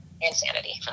insanity